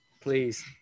please